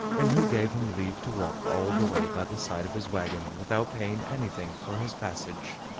and who gave him leave to walk all the way by the side of his wagon without paying anything for his passage.